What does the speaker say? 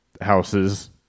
houses